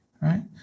Right